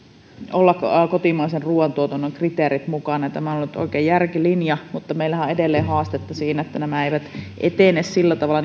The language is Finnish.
olla kotimaisen ruuantuotannon kriteerit mukana tämä on ollut oikein järkilinja mutta meillähän on edelleen haastetta siinä että nämä eivät etene sillä tavalla